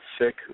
sick